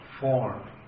form